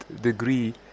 degree